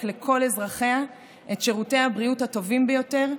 לכל אזרחיה את שירותי הבריאות הטובים ביותר,